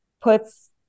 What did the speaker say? puts